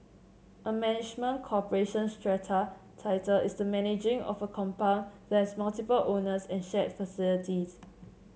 a management corporation strata title is the managing of a compound that has multiple owners and shared facilities